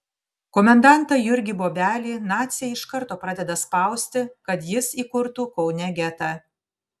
komendantą jurgį bobelį naciai iš karto pradeda spausti kad jis įkurtų kaune getą